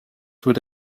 would